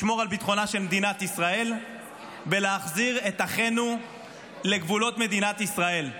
לשמור על ביטחונה של מדינת ישראל ולהחזיר את אחינו לגבולות מדינת ישראל,